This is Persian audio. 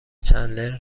چندلر